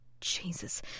Jesus